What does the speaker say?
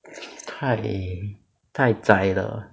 太太窄了